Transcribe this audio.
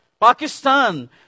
Pakistan